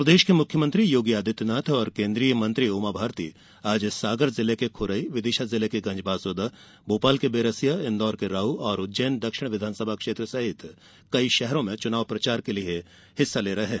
उत्तरप्रदेश के मुख्यमंत्री योगी आदित्यनाथ और केन्द्रीय मंत्री उमा भारती आज सागर जिले के खुरई में विदिशा जिले की गंजबासौदा भोपाल के बैरसिया इन्दौर के राऊ और उज्जैन दक्षिण विधानसभा क्षेत्र सहित कई शहरों में चुनाव प्रचार के लिये हिस्सा ले रहे हैं